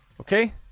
Okay